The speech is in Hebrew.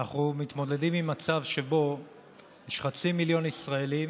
אנחנו מתמודדים עם מצב שבו יש חצי מיליון ישראלים